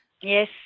Yes